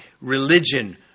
religion